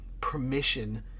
permission